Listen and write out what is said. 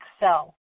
excel